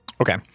Okay